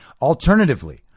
Alternatively